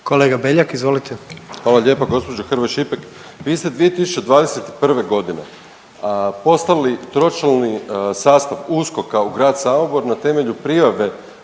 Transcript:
**Beljak, Krešo (HSS)** Hvala lijepa. Gospođo Hrvoj Šipek, vi ste 2021.g. poslali tročlani sastav USKOK-a u grad Samobor na temelju prijave